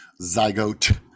zygote